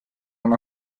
una